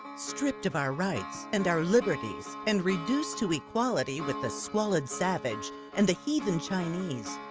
stripped of our rights and our liberties and reduced to equality with the squalid savage and the heathen chinese.